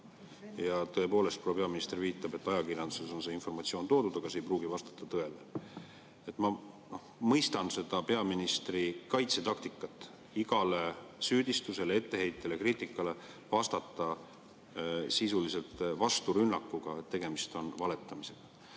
Tõepoolest, proua peaminister viitab, et ajakirjanduses on see informatsioon toodud, aga see ei pruugi vastata tõele. Ma mõistan seda peaministri kaitsetaktikat – igale süüdistusele, etteheitele, kriitikale vastata sisuliselt vasturünnakuga, et tegemist on valetamisega.